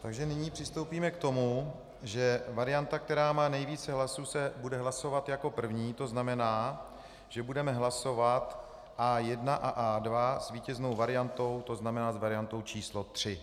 Takže nyní přistoupíme k tomu, že varianta, která má nejvíce hlasů, se bude hlasovat jako první, to znamená, že budeme hlasovat A1 a A2 s vítěznou variantou, to znamená s variantou číslo 3.